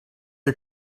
ihr